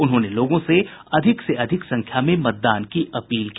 उन्होंने लोगों से अधिक से अधिक संख्या में मतदान की अपील की